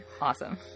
Awesome